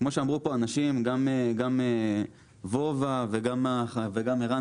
כמו שאמרו פה אנשים, גם וובה וגם ערן